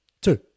Two